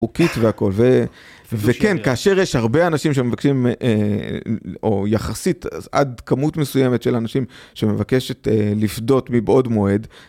חוקית והכל, וכן כאשר יש הרבה אנשים שמבקשים או יחסית עד כמות מסוימת של אנשים שמבקשת לפדות מבעוד מועד